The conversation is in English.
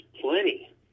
plenty